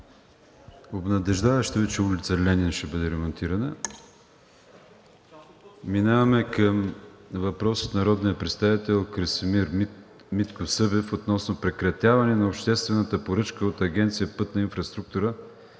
Обнадеждаващо е, че ул. „Ленин“ ще бъде ремонтирана. Минаваме към въпрос от народния представител Красимир Митков Събев относно прекратяване на обществената поръчка от Агенция „Пътна инфраструктура“,